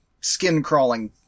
skin-crawling